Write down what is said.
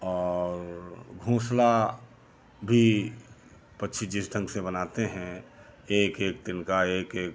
और घोंसला भी पक्षी जिस ढ़ंग से बनाते हैं एक एक तिनका एक एक